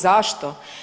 Zašto?